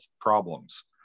problems